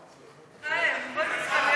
חיים, בוא תתחלף אתי.